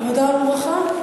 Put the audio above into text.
עבודה ורווחה?